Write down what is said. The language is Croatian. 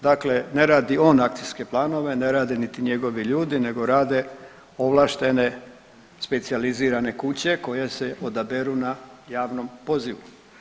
Dakle, ne radi on akcijske planove, ne rade niti njegovi ljudi nego rade ovlaštene specijalizirane kuće koje se odaberu na javnom pozivu.